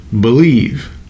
believe